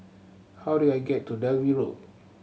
how do I get to Dalvey Road